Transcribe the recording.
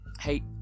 Hey